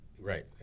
Right